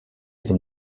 avait